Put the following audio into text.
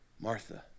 Martha